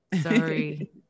sorry